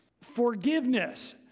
forgiveness